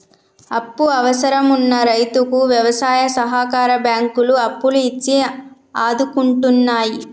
అప్పు అవసరం వున్న రైతుకు వ్యవసాయ సహకార బ్యాంకులు అప్పులు ఇచ్చి ఆదుకుంటున్నాయి